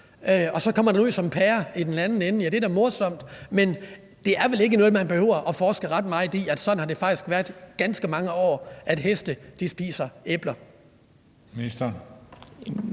og så kommer det ud som en pære i den anden ende – ja, det er da morsomt, men det er vel ikke noget, man behøver at forske ret meget i, altså at det faktisk har været sådan i ganske mange år, at heste spiser æbler. Kl.